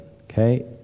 Okay